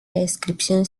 descripción